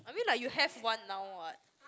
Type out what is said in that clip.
I mean like you have one now what